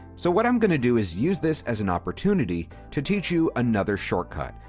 so what i'm going to do is use this as an opportunity to teach you another shortcut,